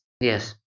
Yes